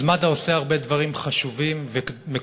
אז מד"א עושה הרבה דברים חשובים ומקודשים,